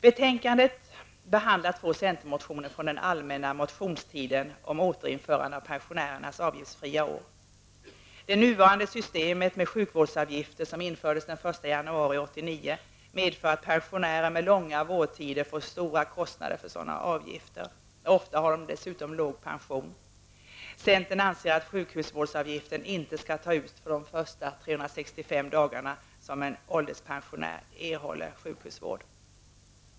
Betänkandet behandlar två centermotioner från den allmänna motionstiden om återinförande av pensionärernas avgiftsfria år. Det nuvarande systemet med sjukhusvårdsavgifter, som infördes den 1 januari 1989, medför att pensionärer med långa vårdtider får stora kostnader för sådana avgifter. Ofta har de dessutom låg pension. Centern anser att sjukhusvårdsavgift inte skall tas ut för de första 365 dagarna som en ålderspensionär erhåller sjukhusvård.